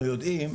אנחנו יודעים,